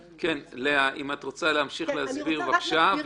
לאה, אם את רוצה להמשיך ולהסביר, בבקשה.